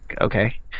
okay